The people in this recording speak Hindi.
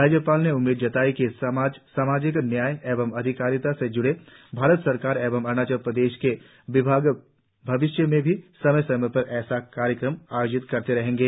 राज्यपाल ने उम्मीद जताई कि सामाजिक न्याय एवं अधिकारिता से जुड़े भारत सरकार एवं अरुणाचल सरकार के विभाग भविष्य में भी समय समय पर ऐसे कार्यक्रम आयोजित करते रहेंगे